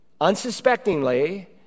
unsuspectingly